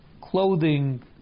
clothing